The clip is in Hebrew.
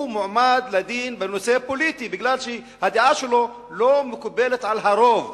הוא מועמד לדין בנושא פוליטי בגלל שהדעה שלו לא מקובלת על הרוב,